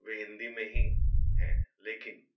वे हिंदी में हीं है लेकिन